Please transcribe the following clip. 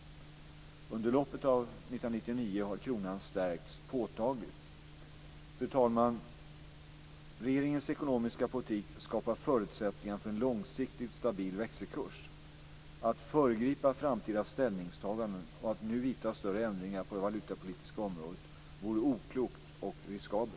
Under loppet av 1999 har kronan stärkts påtagligt. Fru talman! Regeringens ekonomiska politik skapar förutsättningar för en långsiktigt stabil växelkurs. Att föregripa framtida ställningstaganden och att nu vidta större ändringar på det valutapolitiska området vore oklokt och riskabelt.